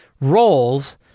roles